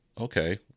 okay